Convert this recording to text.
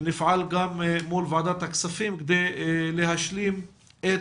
נפעל גם מול ועדת הכספים כדי להשלים את